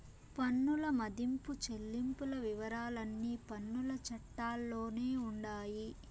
పన్నుల మదింపు చెల్లింపుల వివరాలన్నీ పన్నుల చట్టాల్లోనే ఉండాయి